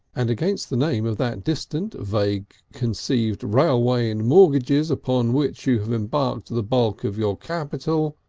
and against the name of that distant, vague-conceived railway in mortgages upon which you have embarked the bulk of your capital,